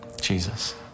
Jesus